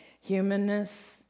humanness